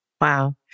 Wow